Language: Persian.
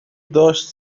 داشت